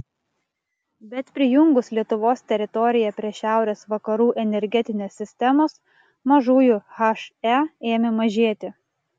bet prijungus lietuvos teritoriją prie šiaurės vakarų energetinės sistemos mažųjų he ėmė mažėti